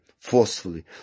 forcefully